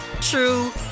true